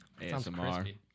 ASMR